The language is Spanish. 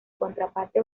contraparte